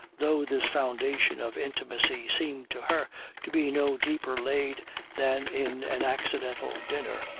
though this foundation of intimacy seemed to her to be no deeper laid than in an accidental dinner,